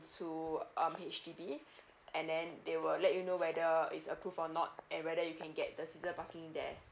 um H_D_B and then they will let you know whether is approve or not and whether you can get the season parking there